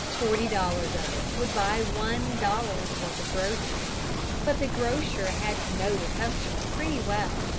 forty dollars of it would buy one dollar's worth of groceries but the grocer had to know the customer pretty well,